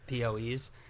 POEs